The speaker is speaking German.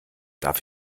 darf